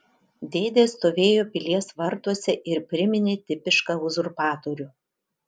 dėdė stovėjo pilies vartuose ir priminė tipišką uzurpatorių